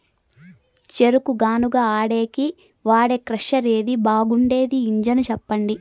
చెరుకు గానుగ ఆడేకి వాడే క్రషర్ ఏది బాగుండేది ఇంజను చెప్పండి?